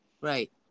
Right